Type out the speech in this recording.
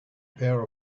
pair